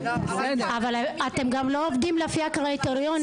אבל אתם גם לא עובדים לפי הקריטריונים.